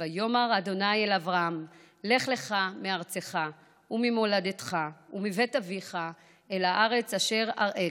"ויאמר ה' אל אברם לך לך מארצך וממולדתך ומבית אביך אל הארץ אשר אראך".